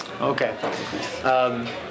Okay